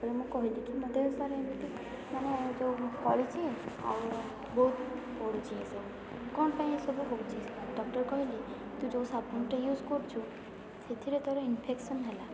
ତା'ପରେ ମୁଁ କହିଲିକି ମୋ ଦେହସାରା ଏମିତି କ'ଣ ଯେଉଁ ଫଳିଛି ଆଉ ବହୁତ ପୋଡ଼ୁଛି ଏ ସବୁ କ'ଣ ପାଇଁ ଏମିତି ସବୁ ହେଉଛି ଡକ୍ଟର କହିଲେ ତୁ ଯେଉଁ ସାବୁନ୍ଟା ୟୁଜ୍ କରୁଛୁ ସେଥିରେ ତୋର ଇନଫେକ୍ସନ୍ ହେଲା